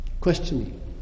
questioning